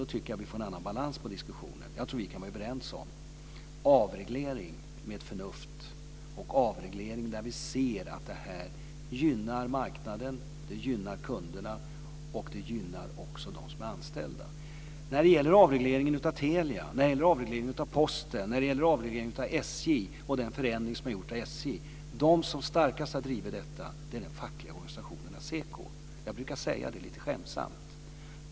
Då tycker jag att vi får en annan balans på diskussionen. Jag tror att vi kan vara överens om att det är bra med en avreglering med förnuft som vi ser gynnar marknaden, kunderna och också dem som är anställda. Den som starkast har drivit avregleringen av Telia, Posten och SJ - den förändring som har gjorts av SJ - är den fackliga organisationen SEKO. Jag brukar säga det lite skämtsamt.